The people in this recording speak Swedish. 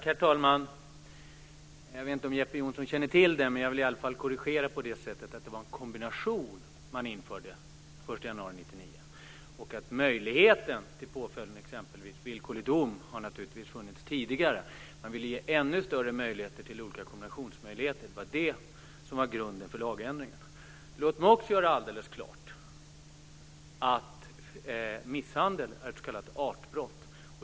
Herr talman! Jag vet inte om Jeppe Johnsson känner till det, men jag vill i varje fall göra en korrigering. Det var en kombination man införde den 1 januari 1999. Möjligheten till påföljd med exempelvis villkorlig dom har naturligtvis funnits tidigare. Man ville ge ännu större kombinationsmöjligheter. Det var grunden för lagändringen. Låt mig också göra alldeles klart att misshandel är ett s.k. artbrott.